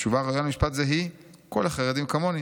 התשובה הראויה ולמשפט זה היא: כל החרדים כמוני,